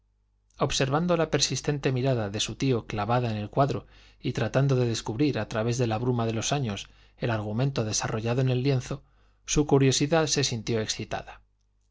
observando la persistente mirada de su tío clavada en el cuadro y tratando de descubrir a través de la bruma de los años el argumento desarrollado en el lienzo su curiosidad se sintió excitada